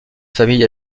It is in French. famille